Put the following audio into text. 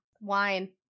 wine